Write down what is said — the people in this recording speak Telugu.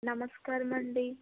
నమస్కారమండి